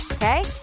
Okay